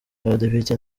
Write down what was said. abadepite